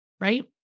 right